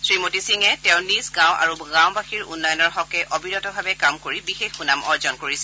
শ্ৰীমতী সিঙে তেওঁৰ নিজৰ গাঁও আৰু গাঁৱবাসীৰ উন্নয়নৰ হকে অবিৰতভাৱে কাম কৰি বিশেষ সুনাম অৰ্জন কৰিছে